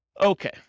Okay